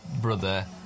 brother